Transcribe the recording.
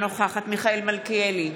אינה נוכחת מיכאל מלכיאלי,